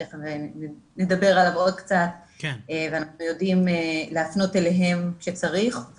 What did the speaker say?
שתיכף נדבר עליו עוד קצת ואנחנו יודעים להפנות אליהם כשצריך.